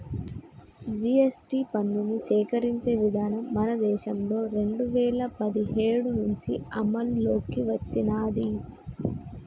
GST పన్నుని సేకరించే విధానం మన దేశంలో రెండు వేల పదిహేడు నుంచి అమల్లోకి వచ్చినాది